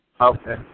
Okay